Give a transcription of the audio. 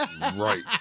right